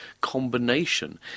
combination